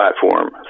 platform